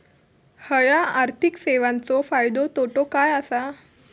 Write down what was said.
हया आर्थिक सेवेंचो फायदो तोटो काय आसा?